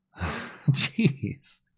Jeez